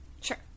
Sure